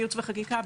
כייעוץ וחקיקה,